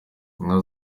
inka